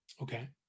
Okay